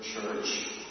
church